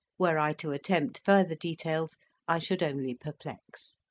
were i to attempt further details i should only perplex.